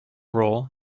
role